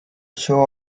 show